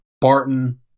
Barton